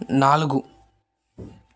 నాలుగు